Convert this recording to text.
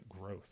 growth